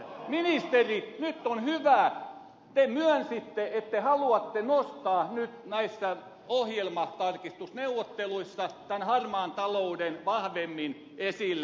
nyt on hyvä ministeri te myönsitte että te haluatte nostaa nyt näissä ohjelmatarkistusneuvotteluissa tämän harmaan talouden vahvemmin esille